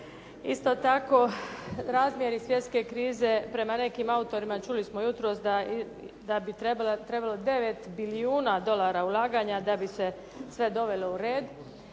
Isto tako razmjeri svjetske krize prema nekim autorima čuli smo jutros da bi trebalo 9 milijuna dolara ulaganja da bi se sve dovelo u red.